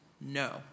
No